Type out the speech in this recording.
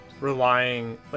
relying